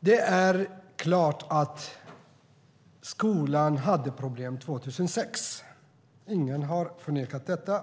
Det är klart att skolan hade problem 2006. Ingen har förnekat detta.